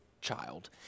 child